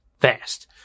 fast